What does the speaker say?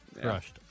crushed